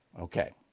Okay